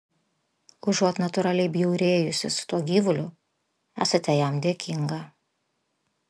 užuot natūraliai bjaurėjusis tuo gyvuliu esate jam dėkinga